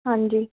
ਹਾਂਜੀ